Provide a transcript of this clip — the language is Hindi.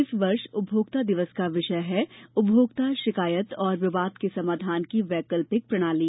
इस वर्ष उपभोक्ता दिवस का विषय है उपभोक्ता शिकायत और विवाद के समाधान की वैकल्पिक प्रणाली